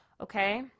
Okay